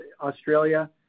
Australia